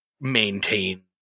maintain